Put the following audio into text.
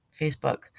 facebook